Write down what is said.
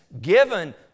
given